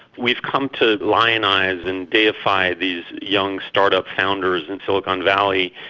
we've come to lionise and deify these young startup founders in silicon valley,